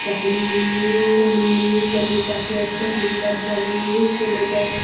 তখন মিমি মিমি মানে তাকে একটা গুন্ডার দলে নিয়ে চলে যায়